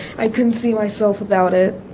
i couldn't see myself without it